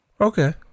Okay